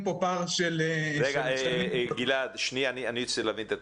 רגע, אני רוצה להבין את התהליך.